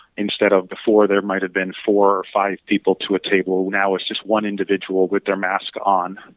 instead of before, there might've been four or five people to a table. now it's just one individual with their mask on,